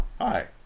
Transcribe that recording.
hi